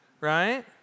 Right